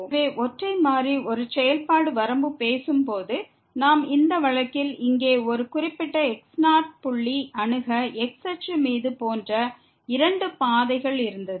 எனவே ஒற்றை மாறியின் ஒரு செயல்பாடு வரம்பு பற்றி பேசும் போது நாம் இந்த வழக்கில் இங்கே ஒரு குறிப்பிட்ட x0 புள்ளியை அணுக x அச்சு போன்ற இரண்டு பாதைகள் இருந்தது